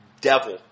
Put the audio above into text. devil